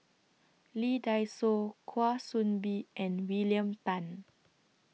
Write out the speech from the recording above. Lee Dai Soh Kwa Soon Bee and William Tan